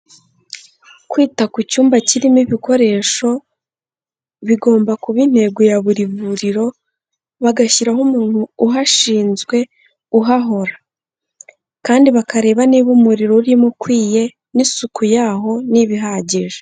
Kwita ku cyumba kirimo ibikoresho, bigomba kuba intego ya buri vuriro, bagashyiraho umuntu uhashinzwe uhahora kandi bakareba niba umuriro urimo ukwiye n'isuku yaho niba ihagije.